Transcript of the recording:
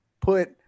put